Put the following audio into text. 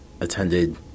attended